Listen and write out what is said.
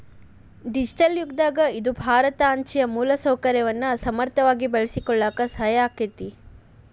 digital ಯುಗದಾಗ ಇದು ಭಾರತ ಅಂಚೆಯ ಮೂಲಸೌಕರ್ಯವನ್ನ ಸಮರ್ಥವಾಗಿ ಬಳಸಿಕೊಳ್ಳಾಕ ಸಹಾಯ ಆಕ್ಕೆತಿ